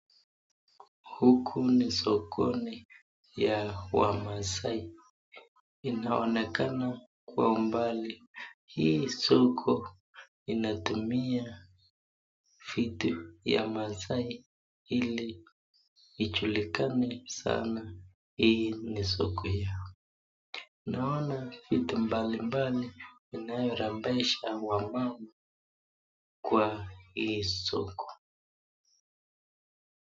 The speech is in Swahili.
Huku ni sokoni ya wamaasai, inaonekana kwa mbali, hii soko inatumia vitu ya maasai ili ijulikane sana hii ni soko yao, naona vitu mbalimbali inayorembesha wamama kwa hii soko.